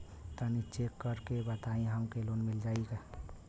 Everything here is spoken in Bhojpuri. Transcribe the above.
तनि चेक कर के बताई हम के लोन मिल जाई?